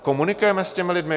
Komunikujeme s těmi lidmi?